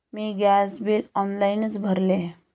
मी gas bill ऑनलाइनच भरले